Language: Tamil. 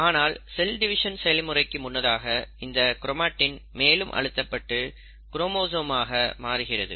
ஆனால் செல் டிவிஷன் செயல்முறைக்கு முன்னதாக இந்த கிரோமடின் மேலும் அழுத்தப்பட்டு குரோமோசோம் ஆக மாறுகிறது